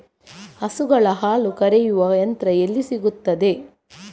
ಹಸುಗಳ ಹಾಲು ಕರೆಯುವ ಯಂತ್ರ ಎಲ್ಲಿ ಸಿಗುತ್ತದೆ?